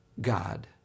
God